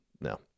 No